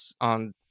on